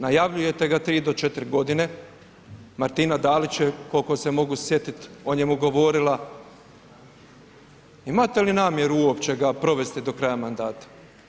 Najavljujete ga tri do četiri godine, Martina Dalić je koliko se mogu sjetiti o njemu govorila, imate li namjeru uopće ga provesti do kraja mandata?